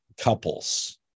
couples